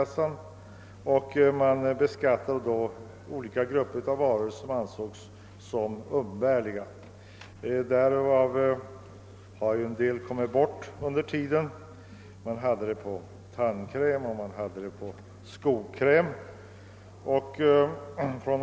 Man beskattade då olika grupper av varor som ansågs umbärliga. Med tiden har en del tagits bort från beskattning. Man hade ursprungligen särskild skatt på tandkräm och skokräm.